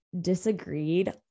disagreed